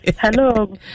Hello